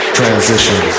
Transition